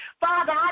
Father